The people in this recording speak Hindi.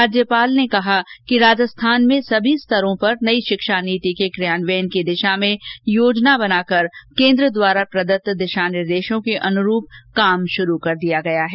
राज्यपाल ने कहा कि राजस्थान में सभी स्तरों पर नई शिक्षा नीति के क्रियान्वयन की दिशा में योजना बनाकर केन्द्र द्वारा प्रदत्त दिशा निर्देशों के अनुरूप कार्य शुरू कर दिया गया है